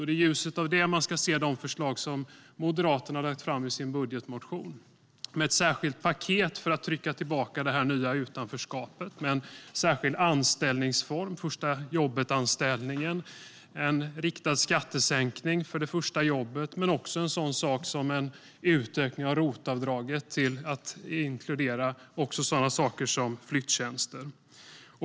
Det är i ljuset av detta man ska se de förslag som Moderaterna har lagt fram i sin budgetmotion. Vi har ett särskilt paket för att trycka tillbaka det nya utanförskapet med en särskild anställningsform, första-jobbet-anställningen, en riktad skattesänkning för det första jobbet men också en sådan sak som en utökning av ROT-avdraget till att inkludera även sådant som flyttjänster.